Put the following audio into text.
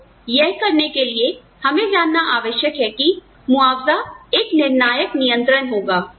तो यह करने के लिए हमें जानना आवश्यक है कि मुआवजा एक निर्णायक नियंत्रण होगा